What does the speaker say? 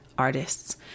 Artists